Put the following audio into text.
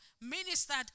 ministered